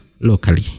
locally